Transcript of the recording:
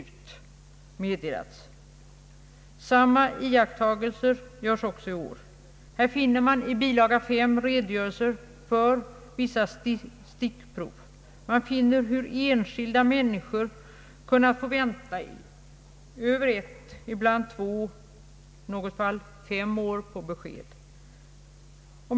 Samma iakttagelse görs också i år. Här finner man i bilaga 5 en redogörelse för vissa stickprov som visar hur enskilda människor kunnat få vänta över ett, ibland två och i något fall fem år på besked.